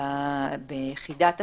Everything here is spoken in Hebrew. התייצב ביחידת הסיוע,